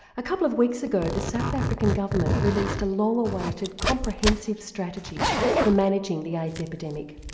a couple of weeks ago the south african government released a long awaited comprehensive strategy for managing the aids epidemic.